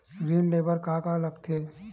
ऋण ले बर का का लगथे?